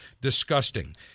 disgusting